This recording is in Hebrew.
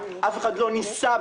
אף אחד לא ניסה,